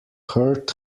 heard